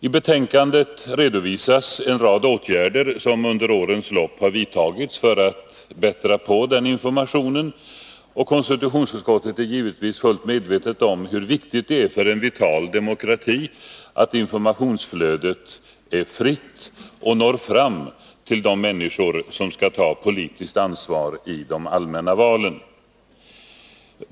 I betänkandet redovisas en rad åtgärder som under årens lopp har vidtagits för att bättra på denna information, och konstitutionsutskottet är givetvis fullt medvetet om hur viktigt det är för en vital demokrati att informationsflödet är fritt och når fram till de människor som skall ta politiskt ansvar i de allmänna valen.